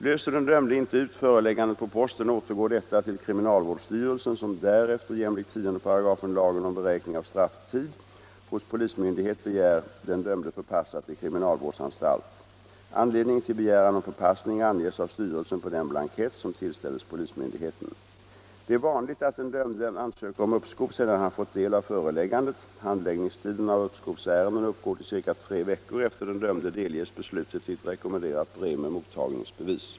Löser den dömde inte ut föreläggandet på posten återgår detta till kriminalvårdsstyrelsen, som därefter jämlikt 10 § lagen om beräkning av strafftid hos polismyndighet begär den dömde förpassad till kriminalvårdsanstalt. Anledningen till begäran om förpassning anges av styrelsen på den blankett som tillställes polismyndigheten. Det är vanligt att den dömde ansöker om uppskov sedan han fått del av föreläggandet. Handläggningstiden för uppskovsärenden uppgår till ca tre veckor varefter den dömde delges beslutet i ett rekommenderat brev med mottagningsbevis.